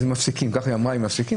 היא אמרה שהם מפסיקים,